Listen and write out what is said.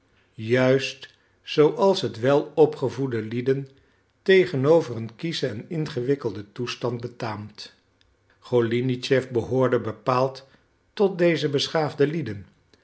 juist zooals het welopgevoede lieden tegenover een kieschen en ingewikkelden toestand betaamt golinitschef behoorde bepaald tot deze beschaafde lieden